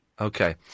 Okay